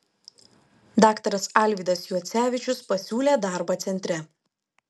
daktaras alvydas juocevičius pasiūlė darbą centre